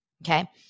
Okay